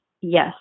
yes